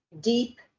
deep